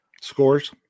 scores